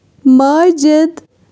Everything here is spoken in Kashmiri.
ماجد